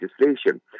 legislation